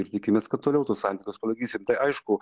ir tikimės kad toliau tuos santykius palaikysim tai aišku